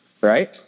right